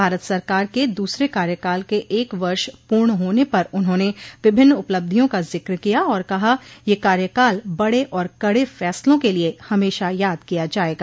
भारत सरकार के दूसरे कार्यकाल के एक वर्ष पूर्ण होने पर उन्होने विभिन्न उपलब्धियों का जिक्र किया और कहा यह कार्यकाल बड़े और कड़े फैसलों के लिये हमेशा याद किया जायेगा